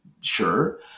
Sure